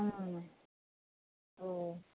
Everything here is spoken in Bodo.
औ